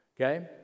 Okay